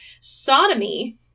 sodomy